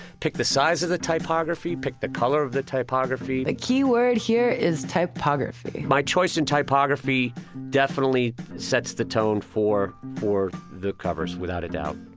pick the sizes of the typography, pick the color of the typography. the key word here is typography. my choice in typography definitely sets the tone for the the covers without a doubt,